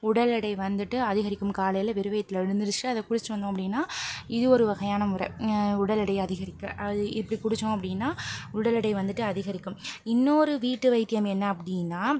உடல் எடை வந்துட்டு அதிகரிக்கும் காலையில் வெறும் வயித்தில் எழுந்துருந்துச்சு அதை குடிச்சுட் வந்தோம் அப்படின்னா இது ஒரு வகையான முறை உடல் எடைய அதிகரிக்க இப்படி குடித்தோம் அப்படின்னா உடல் எடை வந்துட்டு அதிகரிக்கும் இன்னொரு வீட்டு வைத்தியம் என்ன அப்படின்னா